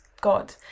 god